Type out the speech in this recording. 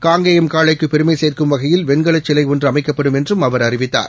காங்கேயம் காளைக்குபெருமைசேர்க்கும் வகையில் வெண்கலச் சிலைஒன்றுஅமைக்கப்படும் என்றும் அவர் அறிவித்தார்